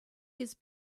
his